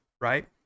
right